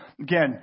again